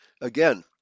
again